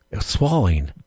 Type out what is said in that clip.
swallowing